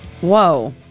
Whoa